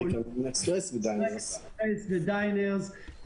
אקספרס ודיינרס.